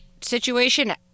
situation